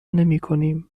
نمیکنیم